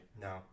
No